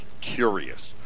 curious